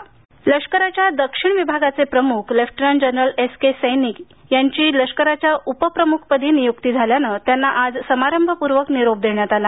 लष्कर लष्कराच्या दक्षिण विभागाचे प्रमुख lieutenant general S K Saini यांची लष्कराच्या उप प्रमुख पदी नियूक्ति झाल्याने त्यांना आज समारंभपूर्वक निरोप देण्यात आला